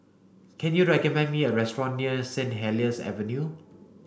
can you recommend me a restaurant near Saint Helier's Avenue